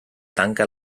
tanca